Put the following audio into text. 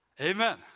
Amen